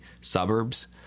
suburbs